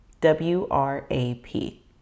W-R-A-P